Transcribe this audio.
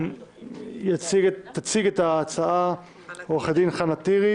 תציג את ההצעה עו"ד חנה טירי